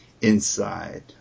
inside